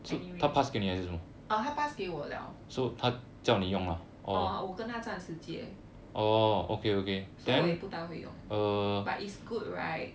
anyway uh 她 pass 给我 liao orh orh 我跟她暂时借 so 我也不大会用 but is good right